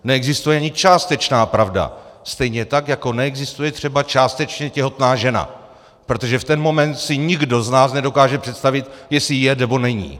Neexistuje ani částečná pravda, stejně tak jako neexistuje třeba částečně těhotná žena, protože v ten moment si nikdo z nás nedokáže představit, jestli je, nebo není.